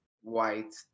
white